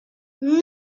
non